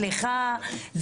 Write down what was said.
סליחה,